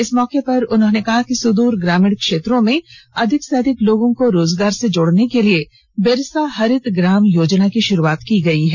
इस मौके पर उन्होंने कहा कि सुद्र ग्रामीण क्षेत्रों में अधिक से अधिक लोगों को रोजगार से जोड़ने के लिए बिरसा हरित ग्राम योजना की शुरूआत की गयी है